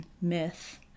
myth